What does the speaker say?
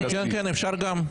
כן, אפשר גם.